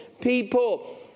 people